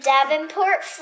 Davenport